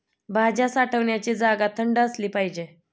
भाज्या साठवण्याची जागा थंड असली पाहिजे